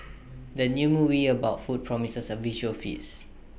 the new movie about food promises A visual feast